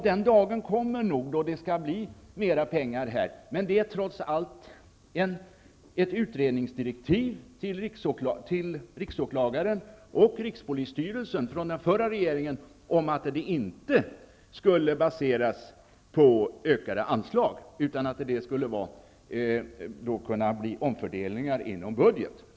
Den dagen kommer nog då det anslås mer pengar, men det föreligger trots allt ett utredningsdirektiv till riksåklagaren och rikspolisstyrelsen från den förra regeringen om att detta arbete inte skall baseras på ökade anslag, utan att det skall bli fråga om omfördelningar inom budgeten.